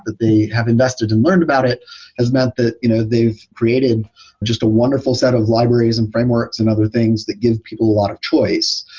that they have invested and learned about has meant that you know they've created just a wonderful set of libraries and frameworks and other things that give people a lot of choice.